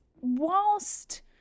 whilst